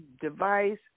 device